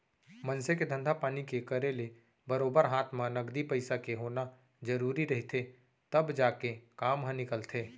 मनसे के धंधा पानी के करे ले बरोबर हात म नगदी पइसा के होना जरुरी रहिथे तब जाके काम ह निकलथे